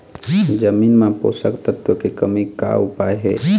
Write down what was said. जमीन म पोषकतत्व के कमी का उपाय हे?